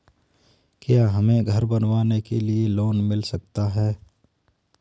क्या हमें घर बनवाने के लिए लोन मिल सकता है?